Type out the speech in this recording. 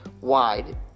wide